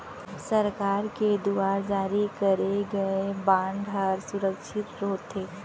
सरकार के दुवार जारी करे गय बांड हर सुरक्छित होथे